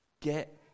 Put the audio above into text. get